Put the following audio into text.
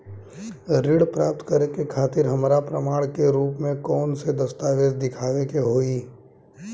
ऋण प्राप्त करे के खातिर हमरा प्रमाण के रूप में कउन से दस्तावेज़ दिखावे के होइ?